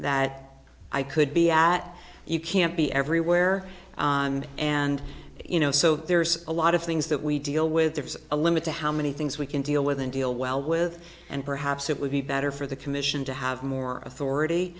that i could be at you can't be everywhere and you know so there's a lot of things that we deal with there's a limit to how many things we can deal with and deal well with and perhaps it would be better for the commission to have more authority